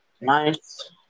Nice